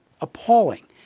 appalling